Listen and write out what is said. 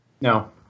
No